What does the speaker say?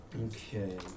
Okay